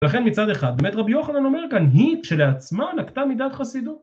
לכן מצד אחד, באמת רבי יוחנן אומר כאן, היא כשלעצמה נקטה מידת חסידות,